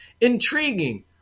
Intriguing